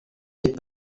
des